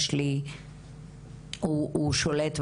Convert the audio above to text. עו"ד גילי ורון,